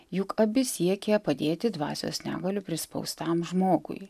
juk abi siekia padėti dvasios negalių prispaustam žmogui